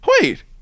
wait